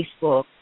Facebook